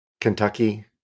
Kentucky